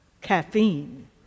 caffeine